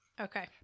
Okay